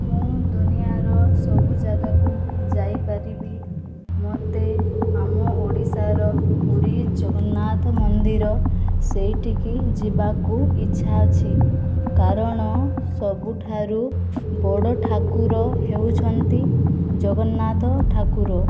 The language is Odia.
ମୁଁ ଦୁନିଆଁର ସବୁ ଜାଗାକୁ ଯାଇପାରିବି ମୋତେ ଆମ ଓଡ଼ିଶାର ପୁରୀ ଜଗନ୍ନାଥ ମନ୍ଦିର ସେଇଠିକି ଯିବାକୁ ଇଚ୍ଛା ଅଛି କାରଣ ସବୁଠାରୁ ବଡ଼ ଠାକୁର ହେଉଛନ୍ତି ଜଗନ୍ନାଥ ଠାକୁର